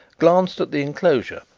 glanced at the enclosure,